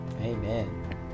Amen